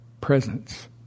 presence